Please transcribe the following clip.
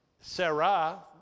Sarah